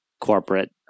corporate